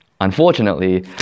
Unfortunately